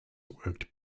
worked